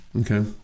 Okay